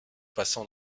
passant